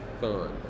fun